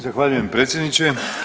Zahvaljujem predsjedniče.